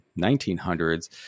1900s